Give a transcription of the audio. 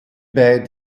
bij